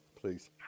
please